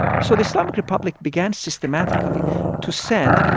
so the islamic republic began systematically to send,